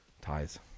ties